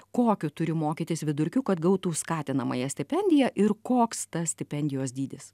kokiu turi mokytis vidurkiu kad gautų skatinamąją stipendiją ir koks tas stipendijos dydis